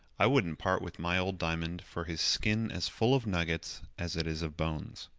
i wouldn't part with my old diamond for his skin as full of nuggets as it is of bones.